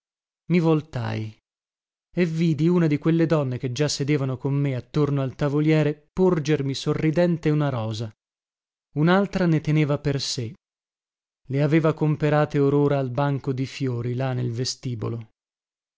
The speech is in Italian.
i voltai e vidi una di quelle donne che già sedevano con me attorno al tavoliere porgermi sorridendo una rosa unaltra ne teneva per sé le aveva comperate or ora al banco di fiori là nel vestibolo